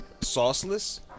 Sauceless